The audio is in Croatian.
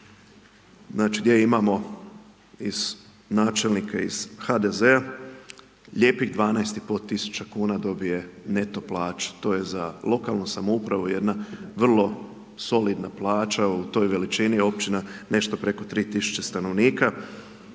znači gdje imamo iz načelnika, iz HDZ-a, lijepih 12,5 tisuća kuna dobije neto plaću. To je za lokalnu samoupravu, jedna vrlo solidna plaća, u toj veličini općina nešto preko 3000 stanovnika